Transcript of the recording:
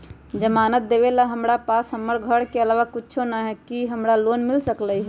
जमानत देवेला हमरा पास हमर घर के अलावा कुछो न ही का हमरा लोन मिल सकई ह?